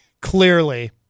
clearly